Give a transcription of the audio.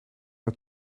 het